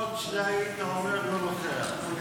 עוד שנייה היית אומר "לא נוכח".